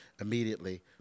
immediately